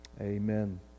amen